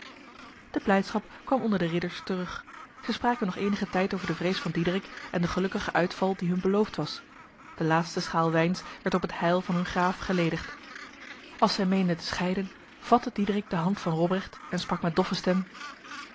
de blijdschap kwam onder de ridders terug zij spraken nog enige tijd over de vrees van diederik en de gelukkige uitval die hun beloofd was de laatste schaal wijns werd op het heil van hun graaf geledigd als zij meenden te scheiden vatte diederik de hand van robrecht en sprak met doffe stem